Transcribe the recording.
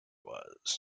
was